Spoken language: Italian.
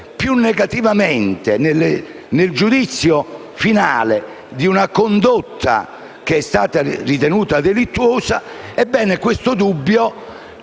più negativamente nel giudizio finale di una condotta che è stata ritenuta delittuosa, c'è. Vedete,